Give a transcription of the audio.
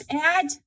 add